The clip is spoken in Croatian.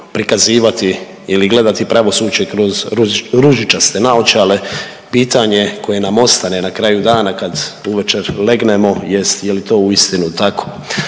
prikazivati ili gledati pravosuđe kroz ružičaste naočale, pitanje koje nam ostane na kraju dana kad uvečer legnemo jest je li to uistinu tako.